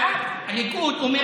לא הליכוד, העם.